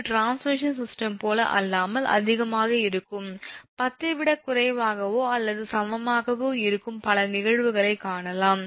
இது transmission system போல அல்லாமல் அதிகமாக இருக்கும் 10 ஐ விட குறைவாகவோ அல்லது சமமாகவோ இருக்கும் பல நிகழ்வுகளை காணலாம்